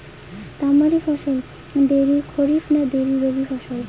তামারি ফসল দেরী খরিফ না দেরী রবি ফসল?